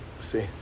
see